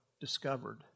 discovered